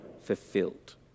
fulfilled